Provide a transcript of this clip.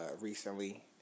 recently